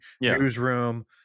Newsroom